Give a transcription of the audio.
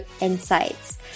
insights